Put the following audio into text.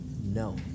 no